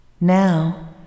Now